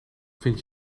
vind